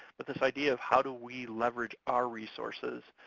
but this idea of how do we leverage our resources